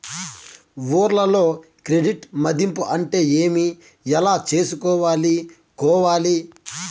ఊర్లలో క్రెడిట్ మధింపు అంటే ఏమి? ఎలా చేసుకోవాలి కోవాలి?